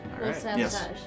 Yes